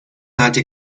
nati